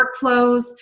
workflows